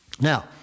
Now